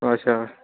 अच्छा